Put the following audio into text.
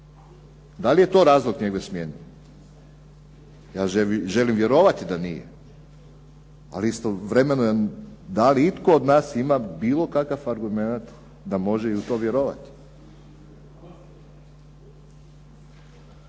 Da li je to razlog njegove smjene? Ja želim vjerovati da nije ali istovremeno da li itko od nas ima bilo kakav argumenta da može u to vjerovati?